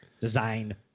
design